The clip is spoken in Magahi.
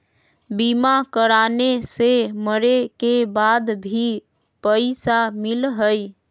बीमा कराने से मरे के बाद भी पईसा मिलहई?